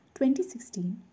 2016